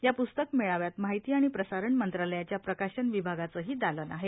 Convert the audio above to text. या प्स्तक मेळाव्यात माहिती आणि प्रसारण मंत्रालयाच्या प्रकाशन विभागाचंही दालन आहे